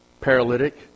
paralytic